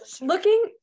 Looking